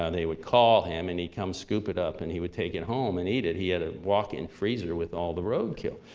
um they would call him, and he'd come scoop it up, and he would take it home and eat it. he had a walk-in freezer with all the roadkill.